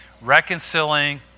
Reconciling